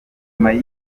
y’igihe